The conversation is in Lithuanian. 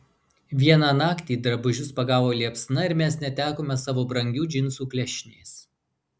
vieną naktį drabužius pagavo liepsna ir mes netekome savo brangių džinsų klešnės